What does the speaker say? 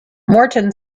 morton